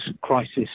crisis